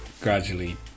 gradually